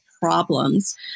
problems